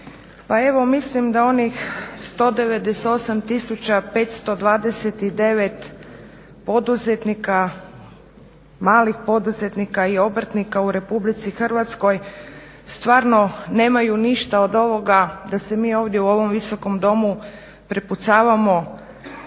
tisuća 529 poduzetnika, malih poduzetnika i obrtnika u Republici Hrvatskoj stvarno nemaju ništa od ovoga da se mi ovdje u ovom Visokom domu prepucavamo